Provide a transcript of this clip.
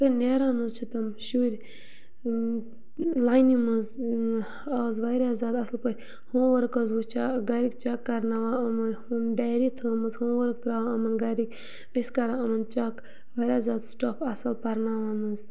تہٕ نیران حظ چھِ تِم شُرۍ لاینہِ منٛز آز واریاہ زیادٕ اَصٕل پٲٹھۍ ہوم ؤرٕک حظ وٕچھان گَرِٕکۍ چَک کَرناوان یِمَن ہوم ڈیری تھٲومٕژ ہوم ؤرٕک ترٛاوان یِمَن گَرِکۍ أسۍ کَران یِمَن چک واریاہ زیادٕ سِٹاف اَصٕل پَرناوان حظ